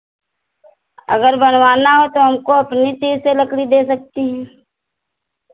अगर बनवाना हो तो हमको अपने तीर से लकड़ी दे सकती हैं